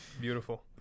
Beautiful